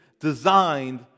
designed